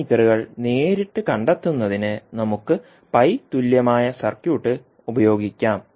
പാരാമീറ്ററുകൾ നേരിട്ട് കണ്ടെത്തുന്നതിന് നമുക്ക് പൈ തുല്യമായ സർക്യൂട്ട് ഉപയോഗിക്കാം